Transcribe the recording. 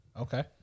Okay